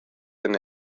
den